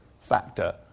factor